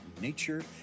nature